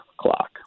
clock